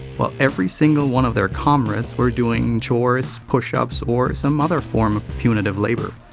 while every single one of their comrades were doing chores, push-ups or some other form of punitive labor.